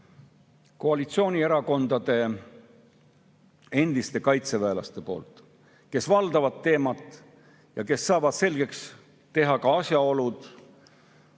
koalitsioonierakondade endiste kaitseväelaste poolt, kes valdavad teemat ja saavad need asjaolud